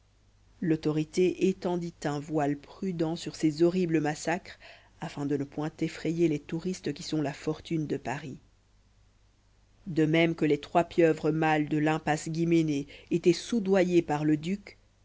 l'autorité étendit un voile prudent sur ces horribles massacres afin de ne point effrayer les touristes qui sont la fortune de paris de même que les trois pieuvres mâles de l'impasse guéménée étaient soudoyés par le duc